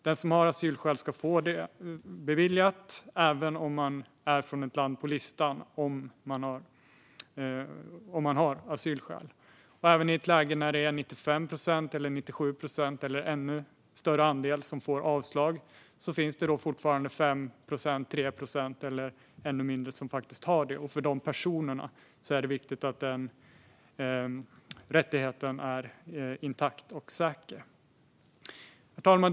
Den som har asylskäl ska få sin ansökan beviljad, även om man är från ett land på listan. Även i ett läge där 95 procent, 97 procent eller en ännu större andel får avslag finns det fortfarande 5 procent, 3 procent eller ännu färre som faktiskt har asylskäl, och för de personerna är det viktigt att denna rättighet är intakt och säker. Herr talman!